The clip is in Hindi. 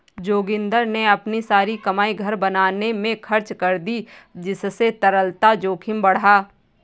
जोगिंदर ने अपनी सारी कमाई घर बनाने में खर्च कर दी जिससे तरलता जोखिम बढ़ा